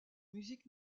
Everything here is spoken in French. musique